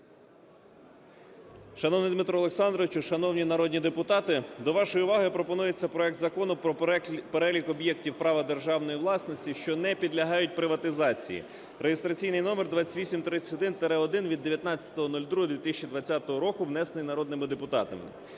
Шановний Дмитро Олександрович, шановні народні депутати, до вашої уваги пропонується проект Закону про перелік об'єктів права державної власності, що не підлягають приватизації (реєстраційний номер 2831-1, від 19.02.2020 року), внесений народними депутатами.